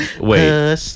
wait